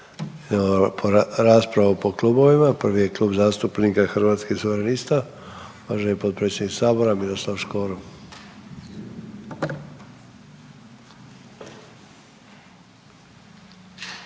raspravu po klubovima, prvi je Klub zastupnika Hrvatskih suverenista, uvaženi potpredsjednik sabora Miroslav Škoro.